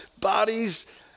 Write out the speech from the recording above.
bodies